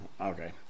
Okay